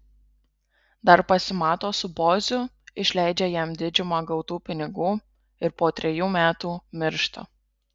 dar pasimato su boziu išleidžia jam didžiumą gautų pinigų ir po trejų metų miršta